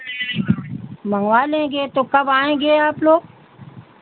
मँगवा लेंगे तो कब आएंगे आप लोग